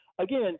again